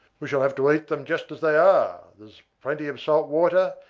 we shall have to eat them just as they are there is plenty of salt water,